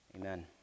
Amen